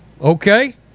Okay